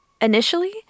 Initially